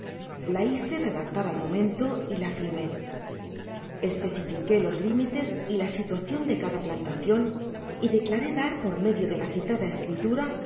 la hice redactar al momento y la firmé especifiqué ies limites y la situacion de cada plantacion y declaré dar por medio de la citada escritura